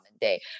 day